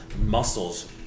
muscles